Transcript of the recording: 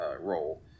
role –